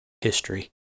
history